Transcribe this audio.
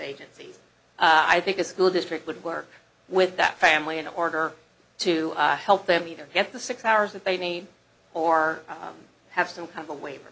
agencies i think a school district would work with that family in order to help them either get the six hours that they need or have some kind of a waiver